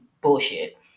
bullshit